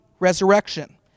Resurrection